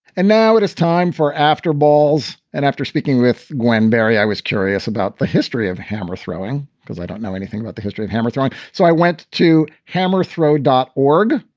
and now it is time for after balls. and after speaking with gwen barry, i was curious about the history of hamara throwing because i don't know anything about the history of hammer throwing. so i went to hammer throw dot org.